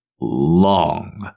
Long